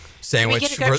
sandwich